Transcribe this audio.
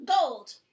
gold